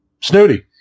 snooty